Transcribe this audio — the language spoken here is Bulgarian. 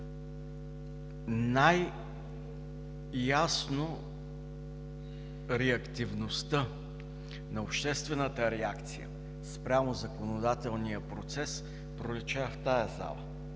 Най-ясно реактивността на обществената реакция спрямо законодателния процес пролича в тази зала.